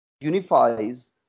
unifies